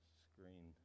screen